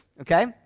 Okay